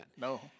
No